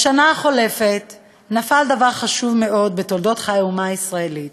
בשנה החולפת נפל דבר חשוב מאוד בתולדות חיי האומה הישראלית.